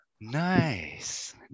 nice